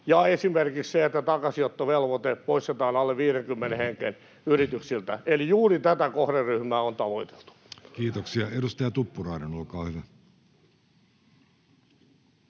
ja esimerkiksi se, että takaisinottovelvoite poistetaan alle 50 hengen yrityksiltä. Eli juuri tätä kohderyhmää on tavoiteltu. [Ben Zyskowicz: Hyvä kysymys ja hyvä